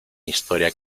historia